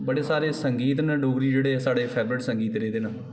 बडे़ सारे संगीत न डोगरी च जेहडे साढ़े फेवरट संगीत रेह दे ना